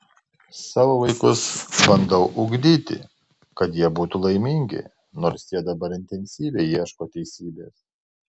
savo vaikus bandau ugdyti kad jie būtų laimingi nors jie dabar intensyviai ieško teisybės